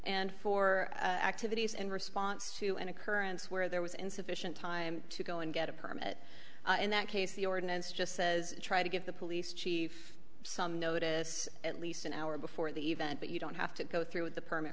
and for activities in response to an occurrence where there was insufficient time to go and get a permit in that case the ordinance just says try to get the police chief some notice at least an hour before the event but you don't have to go through the permit